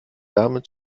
dame